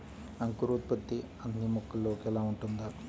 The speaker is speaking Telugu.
అంకురోత్పత్తి అన్నీ మొక్కలో ఒకేలా ఉంటుందా?